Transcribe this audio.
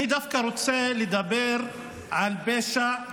אני דווקא רוצה לדבר על פשע,